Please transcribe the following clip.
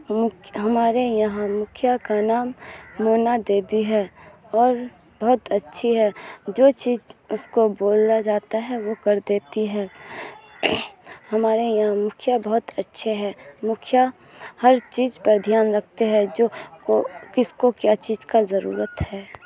ہمارے یہاں مکھیا کا نام منا دیوی ہے اور بہت اچھی ہے جو چیز اس کو بولا جاتا ہے وہ کر دیتی ہے ہمارے یہاں مکھیا بہت اچھے ہیں مکھیا ہر چیز پر دھیان رکھتے ہیں جو کو کس کو کیا چیز کا ضرورت ہے